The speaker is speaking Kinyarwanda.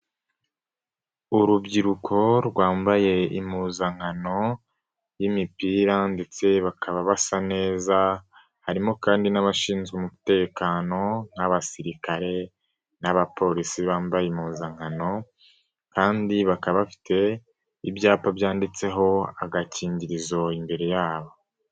Urubyiruko rwambaye impuzankano y'imipira ndetse bakaba basa neza, harimo kandi n'abashinzwe umutekano nk'abasirikare n'abapolisi bambaye impuzankano, kandi bakaba bafite ibyapa byanditseho agakingirizo imbere yabo.